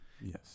Yes